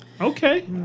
Okay